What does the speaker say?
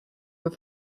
were